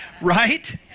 right